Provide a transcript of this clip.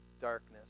darkness